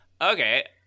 okay